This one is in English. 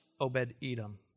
Obed-Edom